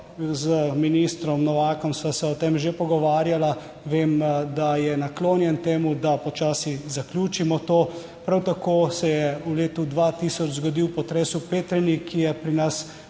Z ministrom Novakom sva se o tem že pogovarjala, vem, da je naklonjen temu, da počasi zaključimo to. Prav tako se je v letu 2000 zgodil potres v Petrinji, ki je pri nas